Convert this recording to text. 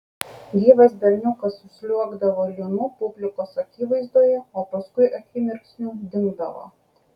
gyvas berniukas užsliuogdavo lynu publikos akivaizdoje o paskui akimirksniu dingdavo